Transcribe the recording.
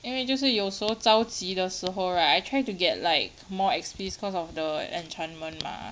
因为就是有时候着急的时候 right I try to get like more X_Ps cause of the enchantment mah